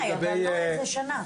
מאי, אבל לא איזה שנה.